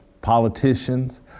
politicians